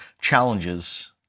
challenges